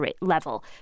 level